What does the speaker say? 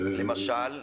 למשל?